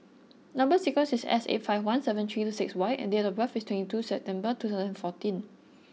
number sequence is S eight five one seven three two six Y and date of birth is twenty two September two thousand and fourteen